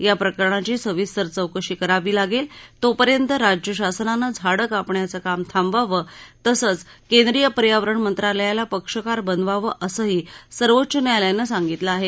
या प्रकरणाची सविस्तर चौकशी करावी लागेल तोपर्यंत राज्य शासनानं झाडं कापण्याचं काम थांबवावं तसंच केंद्रीय पर्यावरण मंत्रालयाला पक्षकार बनवावं असंही सर्वोच्च न्यायालयानं सांगितलं आहे